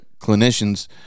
clinicians